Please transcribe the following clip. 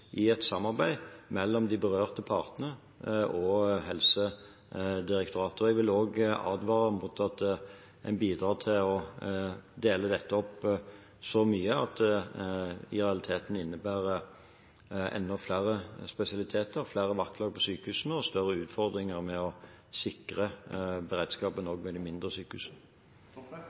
i et samarbeid mellom de berørte partene og Helsedirektoratet. Jeg vil også advare mot at en bidrar til å dele dette opp så mye at det i realiteten innebærer enda flere spesialiteter, flere vakter på sykehusene og større utfordringer med å sikre beredskapen på de mindre sykehusene.